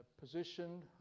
positioned